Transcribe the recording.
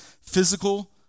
physical